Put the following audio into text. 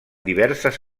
diverses